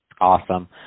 Awesome